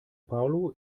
paulo